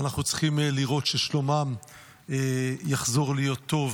ואנחנו צריכים לראות ששלומם יחזור להיות טוב.